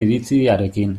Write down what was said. iritziarekin